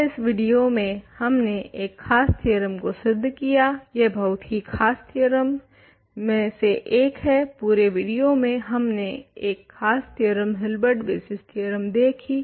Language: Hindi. अतः इस विडियो में हमने एक ख़ास थ्योरम को सिद्ध किया यह बहुत ही ख़ास थ्योरम में से एक है पुरे विडियो में हमने एक ख़ास थ्योरम हिलबेर्ट बेसिस थ्योरम देखी